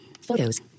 Photos